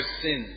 sin